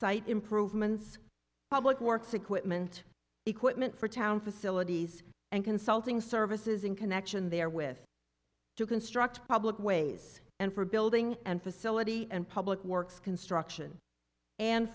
site improvements public works equipment equipment for town facilities and consulting services in connection there with to construct public ways and for building and facility and public works construction and